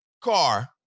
car